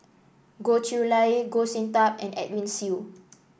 Goh Chiew Lye Goh Sin Tub and Edwin Siew